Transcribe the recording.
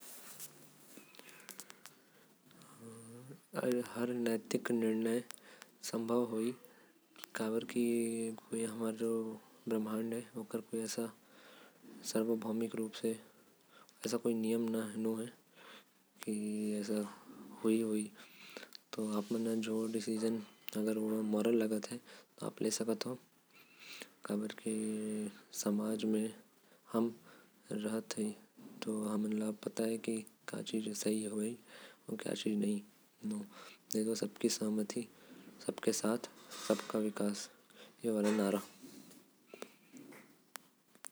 नैतिक निर्णय ले सकत ही काहे की ओहर। अगर सार्वभौमिक तरीका से ठीक है। जेकर में सब मन के भलाई है। तो ओके हमन सही कह सकत ही। हमन सब एके समाज के ही। और सबकर साथ सबकर विकास होएल।